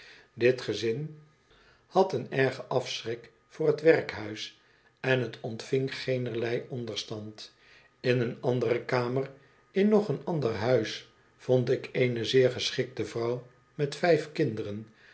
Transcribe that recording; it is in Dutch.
dit gezin had een ergen afschrik voor het werkhuis en het ontving geenerlei onderstand jn een andere kamer in nog een ander huis vond ik eene zeer geschikte vrouw met vijf kinderen